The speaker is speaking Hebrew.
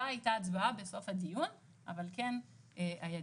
לא הייתה הצבעה בסוף הדיון אבל כן היה דיון.